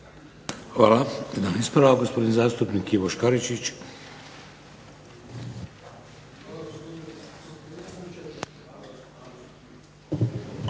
Hvala. Ispravak, gospodin zastupnik Ivan Škaričić.